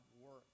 work